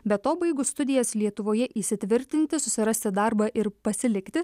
be to baigus studijas lietuvoje įsitvirtinti susirasti darbą ir pasilikti